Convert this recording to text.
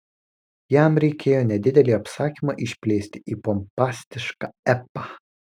jam reikėjo nedidelį apsakymą išplėsti į pompastišką epą